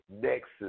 Nexus